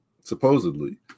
Supposedly